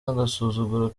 n’agasuzuguro